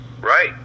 Right